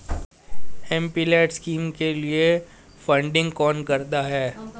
MPLAD scheme के लिए funding कौन करता है?